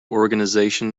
organisation